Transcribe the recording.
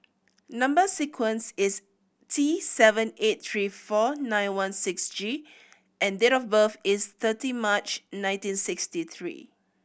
number sequence is T seven eight three four nine one six G and date of birth is thirty March nineteen sixty three